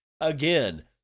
Again